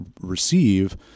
receive